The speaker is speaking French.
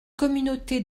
communauté